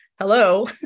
Hello